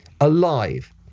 alive